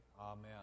Amen